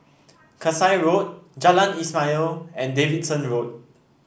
Kasai Road Jalan Ismail and Davidson Road